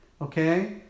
okay